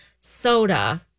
soda